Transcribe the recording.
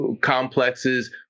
complexes